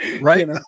right